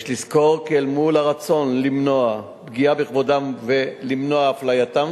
יש לזכור כי אל מול הרצון למנוע פגיעה בכבודם ולמנוע אפלייתם